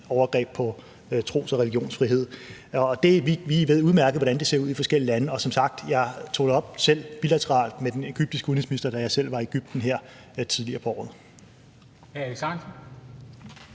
overgreb på tros- og religionsfriheden. Vi ved udmærket, hvordan det ser ud i forskellige lande, og jeg tog det som sagt selv op bilateralt med den egyptiske udenrigsminister, da jeg selv var i Egypten her tidligere på året.